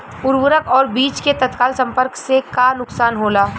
उर्वरक और बीज के तत्काल संपर्क से का नुकसान होला?